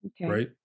right